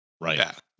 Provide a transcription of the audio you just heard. Right